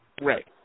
Right